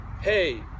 hey